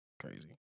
Crazy